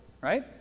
right